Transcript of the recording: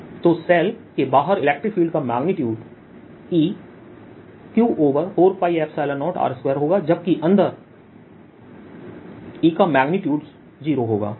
W12VrrdVρrσδr R W12Vrσδr R4πr2dr12VRσ4πR2Q28π0R तो shell के बाहर इलेक्ट्रिक फील्ड का मेग्नीट्यूडE Q ओवर 40r2होगा जबकि अंदर E0 होगा